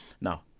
Now